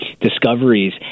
discoveries